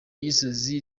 gisozi